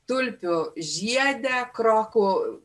tulpių žiede krokų